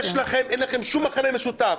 אין לכם שום מכנה משותף.